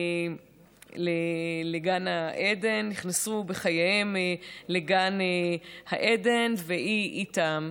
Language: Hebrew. לגן העדן, נכנסו בחייהם לגן העדן, והיא איתם.